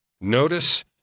Notice